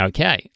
Okay